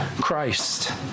Christ